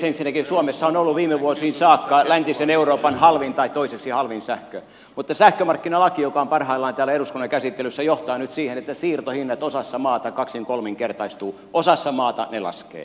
ensinnäkin suomessa on ollut viime vuosiin saakka läntisen euroopan halvin tai toiseksi halvin sähkö mutta sähkömarkkinalaki joka on parhaillaan täällä eduskunnan käsittelyssä johtaa nyt siihen että siirtohinnat osassa maata kaksinkolminkertaistuvat osassa maata ne laskevat